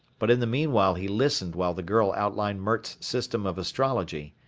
but in the meanwhile he listened while the girl outlined mert's system of astrology.